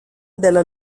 della